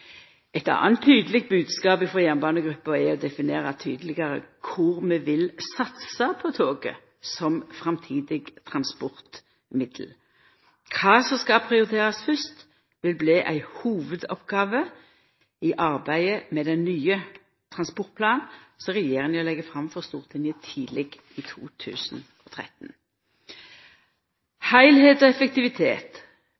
tydeleg bodskap frå jernbanegruppa er å definera tydelegare kor vi vil satsa på toget som framtidig transportmiddel. Kva som skal prioriterast fyrst, vil bli ei hovudoppgåve i arbeidet med den nye transportplanen som regjeringa vil leggja fram for Stortinget tidleg i